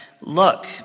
look